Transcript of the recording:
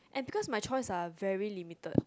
and because my choice are very limited